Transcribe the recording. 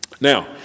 Now